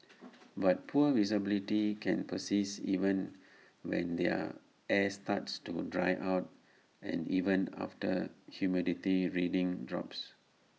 but poor visibility can persist even when their air starts to dry out and even after humidity readings drops